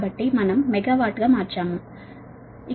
కాబట్టి మనం మెగావాట్ గా మార్చాము ఇక్కడ 5